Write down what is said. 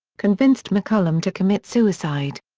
convinced mccollum to commit suicide.